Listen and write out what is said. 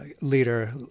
leader